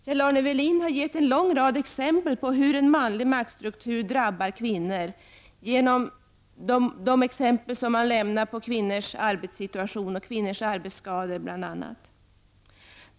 Kjell-Arne Welin har gett en lång rad exempel på kvinnors arbetssituation och kvinnors arbetsskador och på hur en manlig maktstruktur drabbar kvinnor.